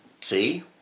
See